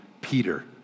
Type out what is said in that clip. Peter